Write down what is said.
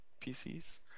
PCs